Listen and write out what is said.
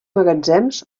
magatzems